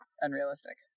unrealistic